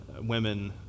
women